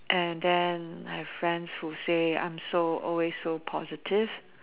and then I've friends who say I'm so always so positive